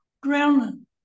ground